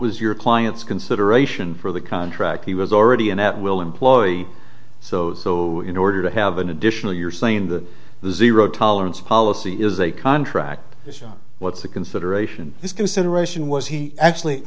was your client's consideration for the contract he was already in at will employee so so in order to have an additional you're saying that the zero tolerance policy is a contract what's the consideration this consideration was he actually